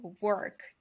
work